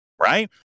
right